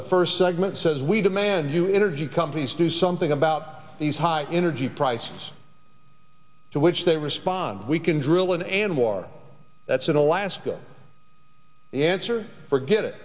the first segment says we demand to energy companies do something about these high energy prices to which they respond we can drill in anwar that's in alaska the answer forget it